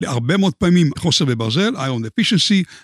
להרבה מאוד פעמים חוסר בברזל, iron deficiency.